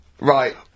Right